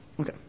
Okay